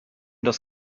das